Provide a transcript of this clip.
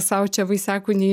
sau čia vaisiakūnį